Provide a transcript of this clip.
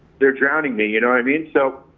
they're drowning me, you know i mean so